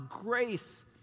grace